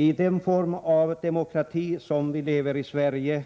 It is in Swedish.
I den form av demokrati som vi lever i här i Sverige